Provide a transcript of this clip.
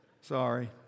Sorry